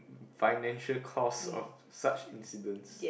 financial cost of such incidents